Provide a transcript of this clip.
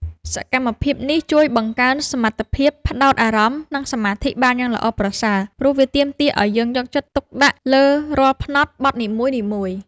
សកម្មភាពនេះជួយបង្កើនសមត្ថភាពផ្ដោតអារម្មណ៍ និងសមាធិបានយ៉ាងល្អប្រសើរ ព្រោះវាទាមទារឱ្យយើងយកចិត្តទុកដាក់លើរាល់ផ្នត់បត់នីមួយៗ។